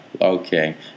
okay